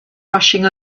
rushing